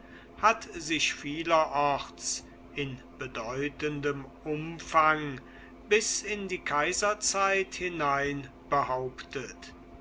hat sich vielerorts in bedeutendem umfang bis in die kaiserzeit hinein